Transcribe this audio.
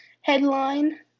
headline